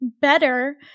better